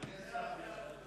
ההצעה להעביר את